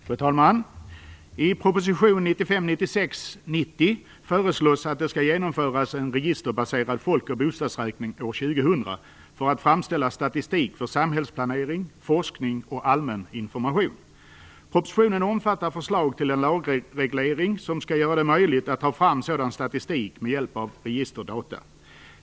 Fru talman! I proposition 1995/96:90 föreslås att det skall genomföras en registerbaserad folk och bostadsräkning år 2000 för att framställa statistik för samhällsplanering, forskning och allmän information. Propositionen omfattar förslag till en lagreglering som skall göra det möjligt att ta fram sådan statistik med hjälp av registerdata.